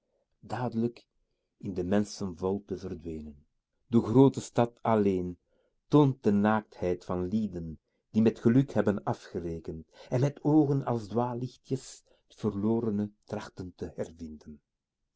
in de menschenvolte verdwenen de groote stad alléén toont de naaktheid van lieden die met t geluk hebben afgerekend en met oogen als dwaallichtjes t verlorene trachten te